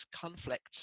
conflicts